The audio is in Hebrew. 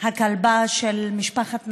הכלבה של משפחת נתניהו,